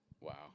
Wow